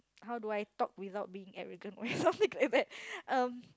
how do I talk without being arrogant something like that um